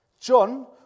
John